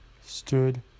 stood